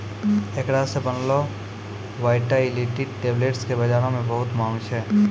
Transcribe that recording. एकरा से बनलो वायटाइलिटी टैबलेट्स के बजारो मे बहुते माँग छै